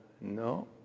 no